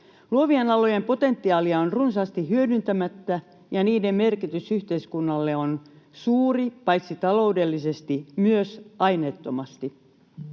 Luovien alojen potentiaalia on runsaasti hyödyntämättä, ja niiden merkitys yhteiskunnalle on suuri paitsi taloudellisesti myös aineettomasti.